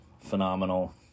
phenomenal